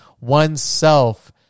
oneself